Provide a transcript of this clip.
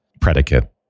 predicate